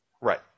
Right